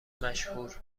مشهور